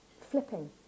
flipping